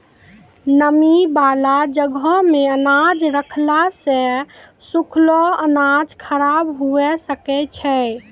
नमी बाला जगहो मे अनाज रखला से सुखलो अनाज खराब हुए सकै छै